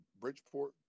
Bridgeport